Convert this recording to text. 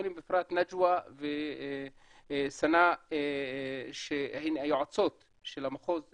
נג'וא וסנא, שהן היועצות של המחוז בדרום,